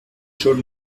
schon